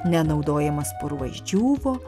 nenaudojamas purvas džiūvo